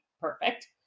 perfect